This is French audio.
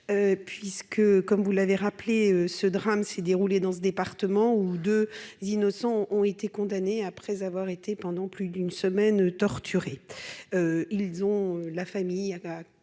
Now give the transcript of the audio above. l'Indre. Comme vous l'avez rappelé, ce drame s'est déroulé dans ce département, où deux innocents ont été condamnés après avoir été torturés pendant plus d'une semaine.